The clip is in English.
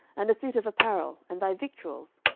and a suit of apparel, and thy victuals.